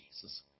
Jesus